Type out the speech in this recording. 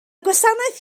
gwasanaeth